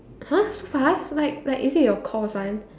!huh! so fast like like is it your course one